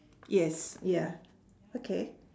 yes ya okay